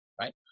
right